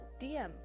DM